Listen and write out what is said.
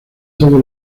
todo